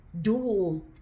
dual